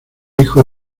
hijo